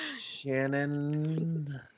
Shannon